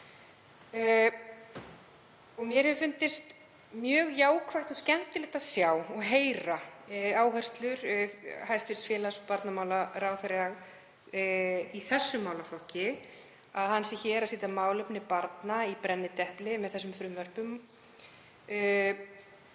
Mér hefur fundist mjög jákvætt og skemmtilegt að sjá og heyra áherslur hæstv. félags- og barnamálaráðherra í þessum málaflokki, að hann setji málefni barna í brennidepil með þessum frumvörpum